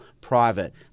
private